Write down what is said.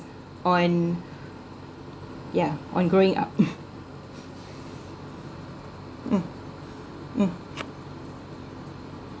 on yeah on growing up uh uh